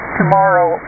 tomorrow